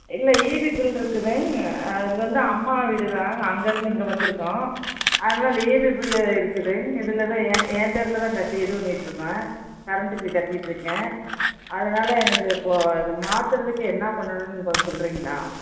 இல்ல ஈபி பில்ருக்குதுங்க அது வந்து அம்மா வீடுதாங்க அங்கேருந்து இங்கே வந்திருக்கோம் அதனால் அதில் ஈபி பில்லு இருக்குதுங்க இதில்தான் என் என் பேரில்தான் கட்டி இது பண்ணிகிட்ருக்கேன் கரண்ட்டு பில் கட்டிகிட்ருக்கேன் அதனால் எனக்கு இப்போது இதை மாற்றறதுக்கு என்ன பண்ணணும்னு நீங்கள் கொஞ்சம் சொல்றிங்களா